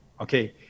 okay